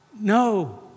No